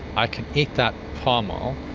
i can eat that palm oil.